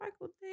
Michael